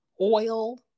Oil